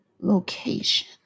location